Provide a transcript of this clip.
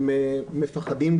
הם מפחדים,